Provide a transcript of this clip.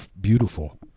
beautiful